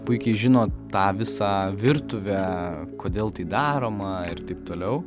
puikiai žinot tą visa virtuvę kodėl tai daroma ir taip toliau